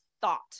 thought